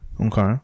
Okay